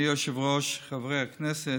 אדוני היושב-ראש, חברי הכנסת,